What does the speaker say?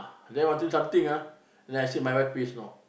then want do something ah then I see my wife face know